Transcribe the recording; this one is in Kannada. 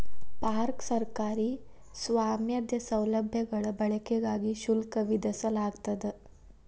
ಪಾರ್ಕ್ ಸರ್ಕಾರಿ ಸ್ವಾಮ್ಯದ ಸೌಲಭ್ಯಗಳ ಬಳಕೆಗಾಗಿ ಶುಲ್ಕ ವಿಧಿಸಲಾಗ್ತದ